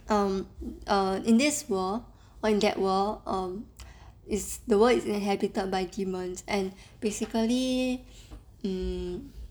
um err in this world or in that world um is the world is inhabited by demons and basically um